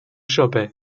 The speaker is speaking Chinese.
设备